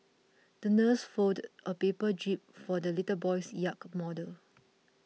the nurse folded a paper jib for the little boy's yacht model